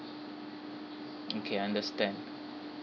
mm okay understand